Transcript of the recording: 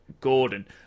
Gordon